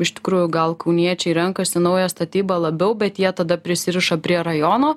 iš tikrųjų gal kauniečiai renkasi naują statybą labiau bet jie tada prisiriša prie rajono